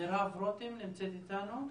מרב רותם כהן.